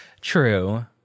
true